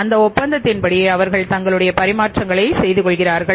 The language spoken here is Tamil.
அந்த ஒப்பந்தத்தின்படி அவர்கள் தங்களுடைய பரிமாற்றங்களை செய்து கொள்வார்கள்